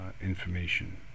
information